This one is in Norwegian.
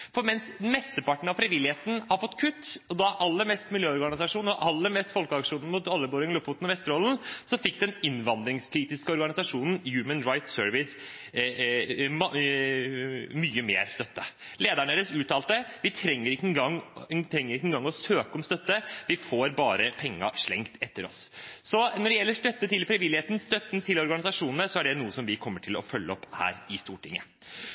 For mens mesteparten av frivilligheten har fått kutt – og da aller mest miljøorganisasjonene, og særlig Folkeaksjonen for et oljefritt Lofoten, Vesterålen og Senja – så fikk den innvandringskritiske organisasjonen Human Rights Service mye mer støtte. Lederen deres uttalte: «Vi trenger ikke engang å søke om støtte. Vi får bare pengene slengt etter oss.» Så når det gjelder støtte til frivilligheten, støtten til organisasjonene, er det noe vi kommer til å følge opp her i Stortinget.